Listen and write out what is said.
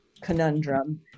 conundrum